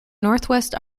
northwest